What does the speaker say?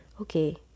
Okay